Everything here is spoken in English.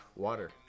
Water